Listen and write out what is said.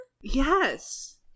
Yes